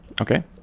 Okay